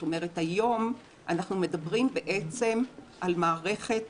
היום אנחנו מדברים בעצם על מערכת